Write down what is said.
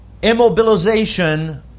immobilization